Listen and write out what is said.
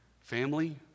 Family